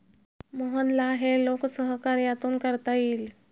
मोहनला हे लोकसहकार्यातून करता येईल